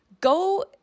Go